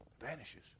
vanishes